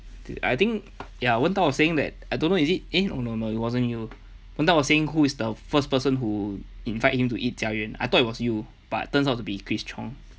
I think ya wenda was saying that I don't know is it eh no no no it wasn't you wenda was saying who is the first person who invite him to eat 佳园 I thought it was you but turns out to be chris chong